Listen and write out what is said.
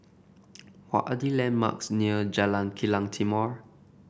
what are the landmarks near Jalan Kilang Timor